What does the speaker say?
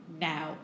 Now